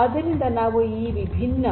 ಆದ್ದರಿಂದ ನಾವು ಈ ವಿಭಿನ್ನ